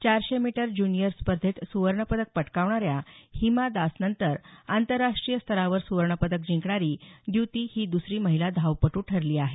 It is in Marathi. चारशे मीटर ज्युनियर स्पर्धेत सुवर्णपदक पटकावणाऱ्या हिमा दासनंतर आंतरराष्ट्रीय स्तरावर सुवर्णपदक जिंकणारी द्युती ही दसरी महिला धावपट्र ठरली आहे